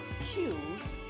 excuse